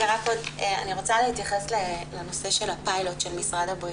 אני רוצה להתייחס לנושא של הפיילוט של משרד הבריאות.